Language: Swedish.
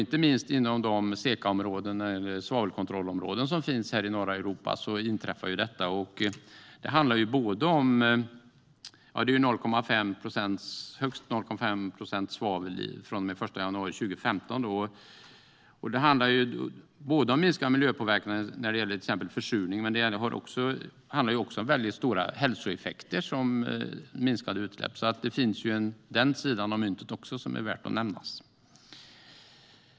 Inte minst inom de SECA-områden, eller svavelkontrollområden, som finns här i norra Europa inträffar detta. Det är högst 0,5 procent svavel från den 1 januari 2015 som gäller. Det handlar om minskad miljöpåverkan när det gäller till exempel försurning, men det kommer också stora hälsoeffekter med minskade utsläpp. Den sidan av myntet är också värd att nämnas.